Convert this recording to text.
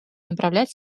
направлять